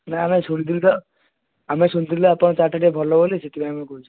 ନାଇଁ ଆମେ ଶୁଣିଥିଲୁ ତ ଆମେ ଶୁଣିଥିଲୁ ତ ଆପଣଙ୍କ ଚାଟ୍ଟା ଟିକେ ଭଲ ବୋଲି ସେଥିପାଇଁ ଆମେ କହୁଛୁ